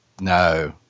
no